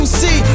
see